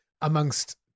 amongst